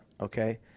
okay